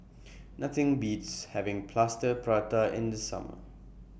Nothing Beats having Plaster Prata in The Summer